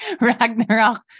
ragnarok